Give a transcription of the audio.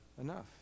enough